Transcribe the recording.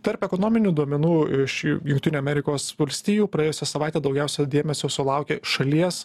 tarp ekonominių duomenų iš jungtinių amerikos valstijų praėjusią savaitę daugiausiai dėmesio sulaukė šalies